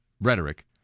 rhetoric